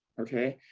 okay?